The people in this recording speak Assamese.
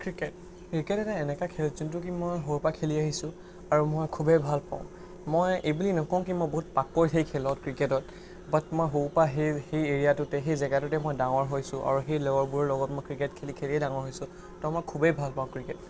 ক্ৰিকেট ক্ৰিকেট এটা এনেকুৱা খেল যোনটো কি মই সৰুৰ পৰা খেলি আহিছোঁ আৰু মই খুবেই ভাল পাওঁ মই এই বুলি নকওঁ কি মই বহুত পাকৈত সেই খেলত ক্ৰিকেটত বাট মই সৰুৰ পৰা সেই সেই এৰিয়াটোতে সেই জেগাটোতে মই ডাঙৰ হৈছোঁ আৰু সেই লগৰবোৰৰ লগত মই ক্ৰিকেট খেলি খেলিয়ে ডাঙৰ হৈছোঁ তো মই খুবেই ভাল পাওঁ ক্ৰিকেট